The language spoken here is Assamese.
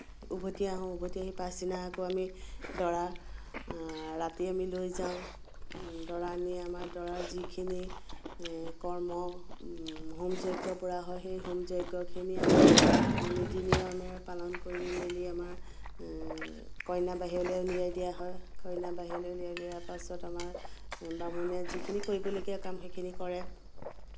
উভতি আহোঁ উভতি আহি পাছদিনা আকৌ আমি দৰা ৰাতি আমি লৈ যাওঁ দৰা নি আমাৰ দৰাৰ যিখিনি কৰ্ম হোম যজ্ঞ পোৰা হয় সেই হোম যজ্ঞখিনি আমি নীতি নিয়মেৰে পালন কৰি মেলি আমাৰ কইনা বাহিৰলৈ উলিয়াই দিয়া হয় কইনা বাহিৰলৈ উলিয়াই দিয়া পাছত আমাৰ বামুণীয়া যিখিনি কৰিবলগীয়া কাম সেইখিনি কৰে